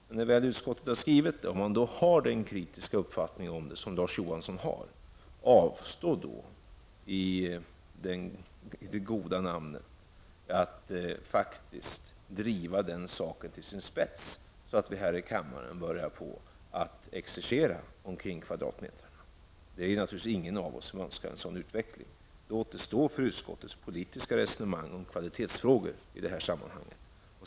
Men när utskottet väl har gjort en skrivning och man har den kritiska uppfattning som Larz Johansson har, avstå då i det goda namnet att driva denna sak till sin spets så att vi här i kammaren börjar att exercera om kvadratmetrarna! Det finns naturligtvis ingen av oss som önskar en sådan utveckling. Då återstår utskottets politiska resonemang om kvalitetsfrågor i sammanhanget.